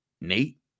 Nate